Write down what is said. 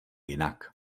jinak